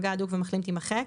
"מגע הדוק" ו"מחלים" תימחק.